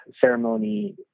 ceremony